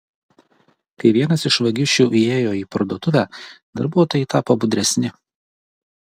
kai vienas iš vagišių įėjo į parduotuvę darbuotojai tapo budresni